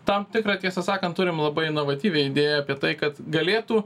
tam tikrą tiesą sakant turim labai inovatyvią idėją apie tai kad galėtų